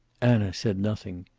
anna said nothing.